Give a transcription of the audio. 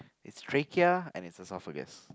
it's trachea and it's esophagus